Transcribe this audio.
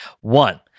One